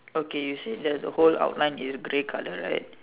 okay you see there's a whole outline in the body colour right